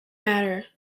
matter